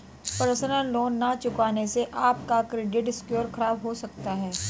personal loan न चुकाने से आप का क्रेडिट स्कोर खराब हो सकता है